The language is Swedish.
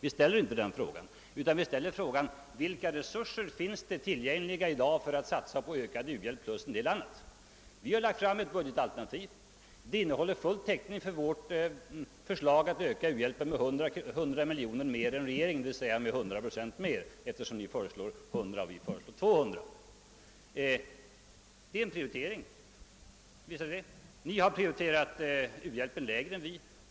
Vi ställer inte den frågan, utan vi ställer följande fråga: Det finns resurser i dag tillgängliga för att satsa på mer u-hjälp än regeringen föreslår plus en del annat. Varför säger ni då nej till den ökningen? Vi har lagt fram ett budgetalternativ, som ger full täckning för vårt förslag att öka u-hjälpen med 100 miljoner kronor mer än vad regeringen föreslår, d.v.s. med 100 procent mera, eftersom ni föreslår 100 miljoner och vi föreslår 200 miljoner kronor. Det är en prioritering, visst är det det. Ni har prioriterat u-hjälpen lägre än vi.